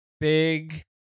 Big